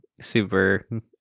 super